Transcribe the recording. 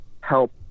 help